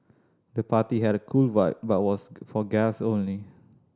the party had a cool vibe but was for guest only